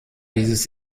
dieses